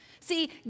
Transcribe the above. See